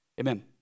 Amen